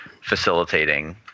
facilitating